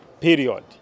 period